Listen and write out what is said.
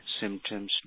symptoms